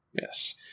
Yes